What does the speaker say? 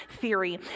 theory